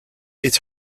its